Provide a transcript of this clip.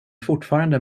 fortfarande